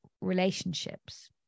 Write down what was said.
relationships